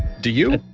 do you?